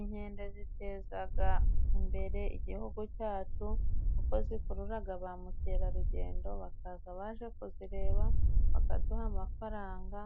Inkende zitezaga imbere igihugu cyacu kuko zikururaga ba mukerarugendo bakaza baje kuzireba bakaduha amafaranga,